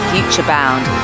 Futurebound